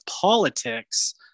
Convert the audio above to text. politics